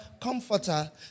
comforter